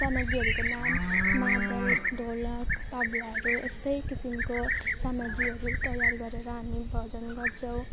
सामग्रीहरूको मादल ढोलक तबलाहरू यस्तै किसिमको सामग्रीहरू तयार गरेर हामी भजन गर्छौँ